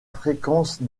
fréquence